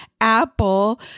Apple